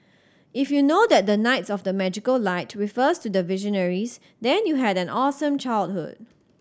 if you know that the knights of the magical light refers to the Visionaries then you had an awesome childhood